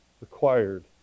required